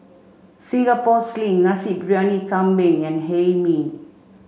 Singapore Sling Nasi Briyani Kambing and Hae Mee